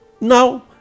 Now